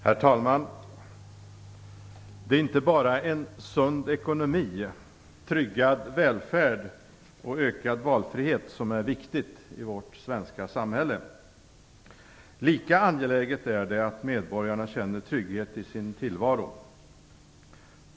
Herr talman! Det är inte bara en sund ekonomi, tryggad välfärd och ökad valfrihet som är viktigt i vårt svenska samhälle. Lika angeläget är det att medborgarna känner trygghet i sin tillvaro.